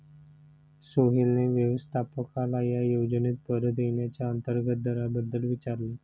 सोहेलने व्यवस्थापकाला या योजनेत परत येण्याच्या अंतर्गत दराबद्दल विचारले